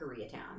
Koreatown